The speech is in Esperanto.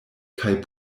kaj